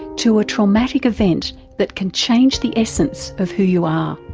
to a traumatic event that can change the essence of who you are.